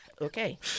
Okay